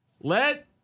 let